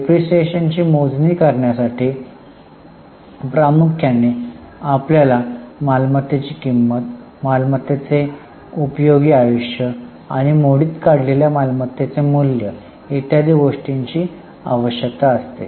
डिप्रीशीएशनची मोजणी करण्यासाठी प्रामुख्याने आपल्याला मालमत्तेची किंमत मालमत्ते चे उपयोगी आयुष्य आणि मोडीत काढलेल्या मालमत्तेचे मूल्य इत्यादी गोष्टींची आवश्यकता असते